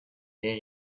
hear